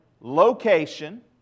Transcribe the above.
location